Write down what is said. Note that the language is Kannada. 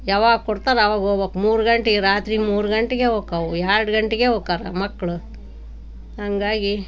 ಯಾವಾಗ ಕೊಡ್ತಾರೆ ಆವಾಗ ಹೋಬೇಕ್ ಮೂರು ಗಂಟೆ ರಾತ್ರಿ ಮೂರು ಗಂಟೆಗೆ ಹೋಕಾವು ಎರಡು ಗಂಟೆಗೆ ಹೋಕಾರ ಮಕ್ಕಳು ಹಾಗಾಗಿ